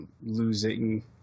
losing